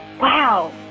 Wow